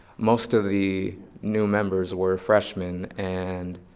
most of the new members were freshmen and